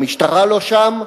המשטרה לא שם,